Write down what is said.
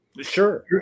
Sure